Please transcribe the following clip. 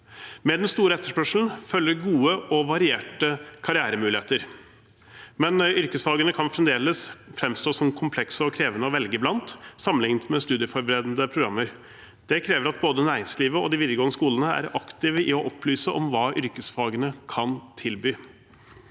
Med den store etterspørselen følger gode og varierte karrieremuligheter, men yrkesfagene kan fremdeles framstå som komplekse og krevende å velge blant sammenlignet med studieforberedende programmer. Det krever at både næringslivet og de videregående skolene aktivt opplyser om hva yrkesfagene kan tilby.